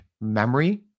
memory